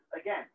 again